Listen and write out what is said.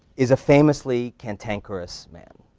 is a famously cantankerous man.